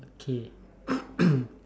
K